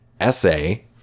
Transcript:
essay